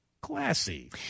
classy